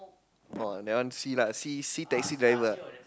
oh that one see lah see see taxi driver ah